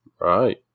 Right